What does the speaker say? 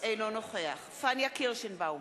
אינו נוכח פניה קירשנבאום,